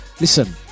listen